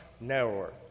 narrower